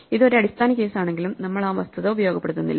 ഇത് ഒരു അടിസ്ഥാന കേസ് ആണെങ്കിലും നമ്മൾ ആ വസ്തുത ഉപയോഗപ്പെടുത്തുന്നില്ല